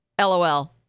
LOL